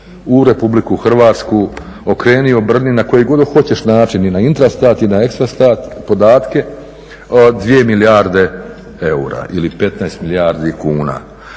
u Republiku Hrvatsku okreni obrni na koji god hoćeš način i na Intrastat i na Ekstrastat podatke 2 milijarde eura ili 15 milijardi kuna.